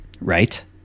right